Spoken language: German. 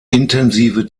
intensive